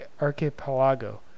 Archipelago